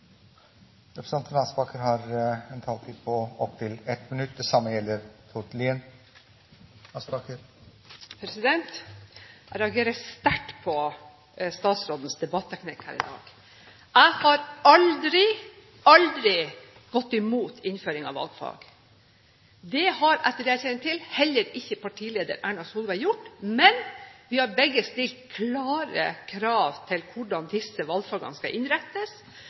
har hatt ordet to ganger og får ordet til en kort merknad, begrenset til 1 minutt. Jeg reagerer sterkt på statsrådens debatteknikk her i dag. Jeg har aldri – aldri – gått imot innføring av valgfag. Det har, etter det jeg kjenner til, heller ikke partileder Erna Solberg gjort. Men vi har begge stilt klare krav til hvordan disse valgfagene skal innrettes: